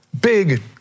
big